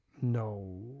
No